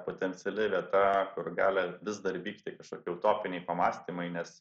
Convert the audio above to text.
potenciali vieta kur gali vis dar vykti kažkokie utopiniai pamąstymai nes